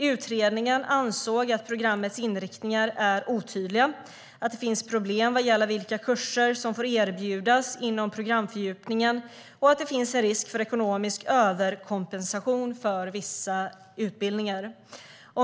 Utredningen ansåg att programmets inriktningar är otydliga, att det finns problem vad gäller vilka kurser som får erbjudas inom programfördjupningen och att det finns en risk för ekonomisk överkompensation för vissa utbildningar.